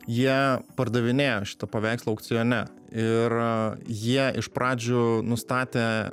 jie pardavinėjo šitą paveikslą aukcione ir jie iš pradžių nustatė